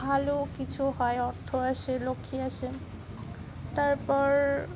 ভালো কিছু হয় অর্থ আছে লক্ষ্মী আছে তারপর